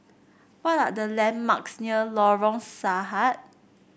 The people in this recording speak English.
what are the landmarks near Lorong Sahad